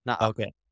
Okay